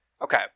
Okay